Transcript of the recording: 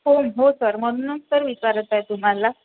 हो हो सर म्हणूनच तर विचारत आहे तुम्हाला